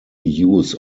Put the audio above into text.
use